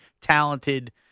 talented